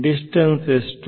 distance ಎಷ್ಟು